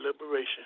liberation